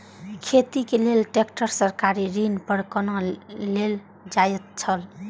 खेती के लेल ट्रेक्टर सरकारी ऋण पर कोना लेल जायत छल?